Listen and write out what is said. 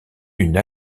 une